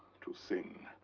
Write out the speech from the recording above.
to sing.